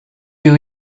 you